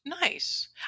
Nice